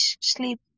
sleep